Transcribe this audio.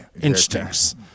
instincts